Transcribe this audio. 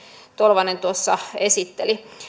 tolvanen tuossa esitteli